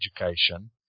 education